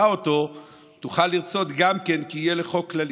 אותו תוכל לרצות גם כן כי יהיה לחוק כללי.